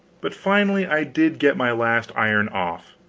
but finally i did get my last iron off,